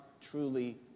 truly